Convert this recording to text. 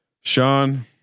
Sean